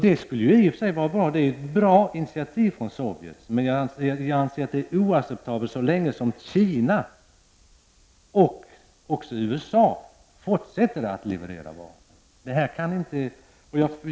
Det är ett bra initiativ från Sovjet, men det är oacceptabelt att Kina och också USA fortsätter att leverera vapen.